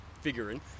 figuring